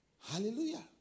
Hallelujah